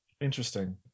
Interesting